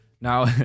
Now